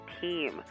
team